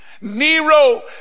Nero